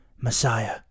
Messiah